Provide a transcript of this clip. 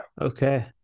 Okay